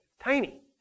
Tiny